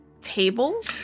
table